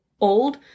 old